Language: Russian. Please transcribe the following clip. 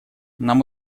нам